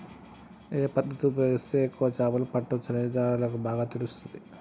ఏ పద్దతి ఉపయోగిస్తే ఎక్కువ చేపలు పట్టొచ్చనేది జాలర్లకు బాగా తెలుస్తది